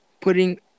putting